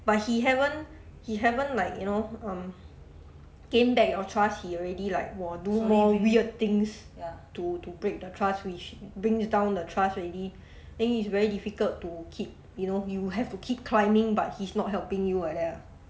but he haven't he haven't like you know um gain back your trust he already like !wah! do more weird things to to break the trust which brings down the trust already then it is very difficult to keep you know you have to keep climbing but he's not helping like that ah